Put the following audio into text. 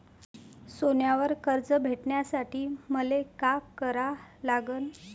सोन्यावर कर्ज भेटासाठी मले का करा लागन?